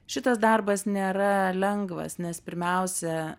šitas darbas nėra lengvas nes pirmiausia